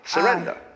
Surrender